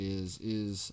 is—is